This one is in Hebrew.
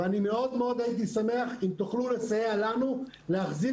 לכן אני מאוד אשמח אם תוכלו לסייע לנו להחזיר